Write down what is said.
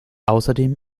außerdem